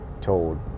told